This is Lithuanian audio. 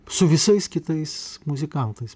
su visais kitais muzikantais